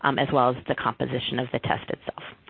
um as well as the composition of the test itself.